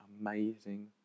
amazing